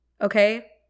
Okay